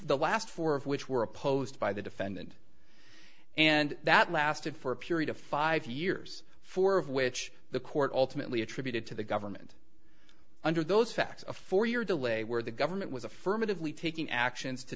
the last four of which were opposed by the defendant and that lasted for a period of five years four of which the court ultimately attributed to the government under those facts a four year delay where the government was affirmatively taking actions to